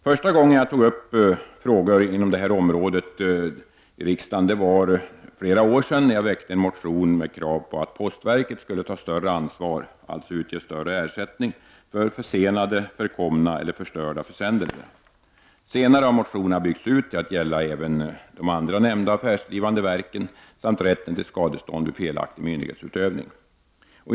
Första gången jag tog upp frågor inom detta område i riksdagen var när jag för flera år sedan väckte en motion med krav på att postverket skulle ta större ansvar — alltså utge större ersättning — för försenade, förkomna eller förstörda försändelser. Senare har motionen byggts ut till att gälla även de andra nämnda affärsdrivande verken samt rätten till skadestånd vid felaktig myndighetsutövning.